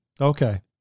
Okay